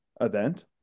event